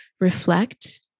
reflect